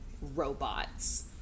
robots